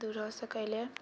दूर हो सकैले